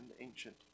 ancient